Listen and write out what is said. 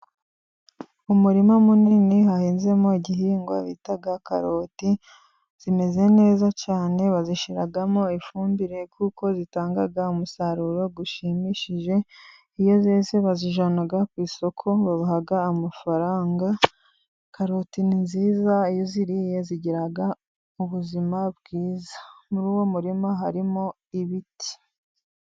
Umurima munini hahinzemo igihingwa bita karoti zimeze neza cyane, bazishiramo ifumbire kuko zitanga umusaruro ushimishije, iyo zeze bazijyana ku isoko babaha amafaranga, karoti ni nziza iyo uziriye zigira ubuzima bwiza muri uwo murima harimo ibiti.